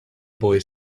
boy